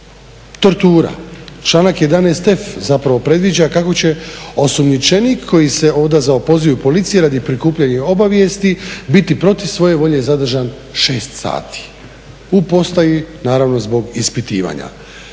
tortura, članak 11f zapravo predviđa kako će osumnjičenik koji se odazvao pozivu policije radi prikupljenih obavijesti biti protiv svoje volje zadržan 6 sati, u postaji naravno zbog ispitivanja.